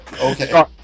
Okay